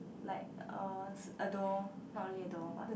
like a door not really a door but